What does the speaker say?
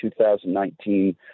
2019